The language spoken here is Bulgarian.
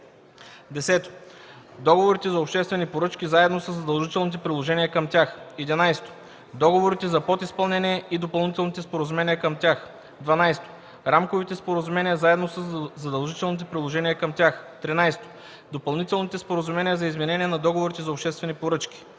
10. договорите за обществени поръчки заедно със задължителните приложения към тях; 11. договорите за подизпълнение и допълнителните споразумения към тях; 12. рамковите споразумения заедно със задължителните приложения към тях; 13. допълнителните споразумения за изменения на договорите за обществени поръчки;